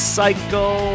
cycle